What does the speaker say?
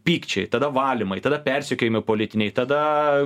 pykčiai tada valymai tada persekiojimai politiniai tada